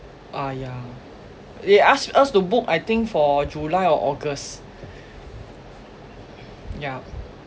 ah yeah they asked us to book I think for july or august yeah